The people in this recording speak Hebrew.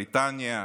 מבריטניה,